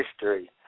history